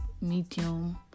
medium